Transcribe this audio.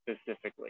specifically